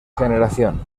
generación